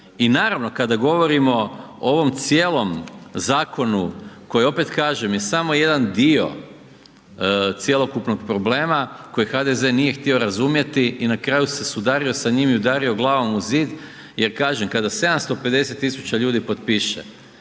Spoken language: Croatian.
I naravno kada govorimo o ovom cijelom zakonu koji je opet kažem samo jedan dio cjelokupnog problema koji HDZ nije htio razumjeti i na kraju se sudario s njim i udario glavom u zid. Jer kažem kada 750 tisuća ljudi potpiše,